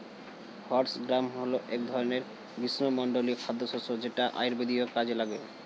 horse gram হল এক ধরনের গ্রীষ্মমণ্ডলীয় খাদ্যশস্য যেটা আয়ুর্বেদীয় কাজে লাগে